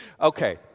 Okay